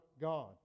God